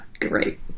great